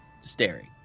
staring